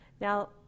Now